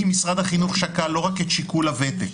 משרד החינוך שקל לא רק את שיקול הוותק,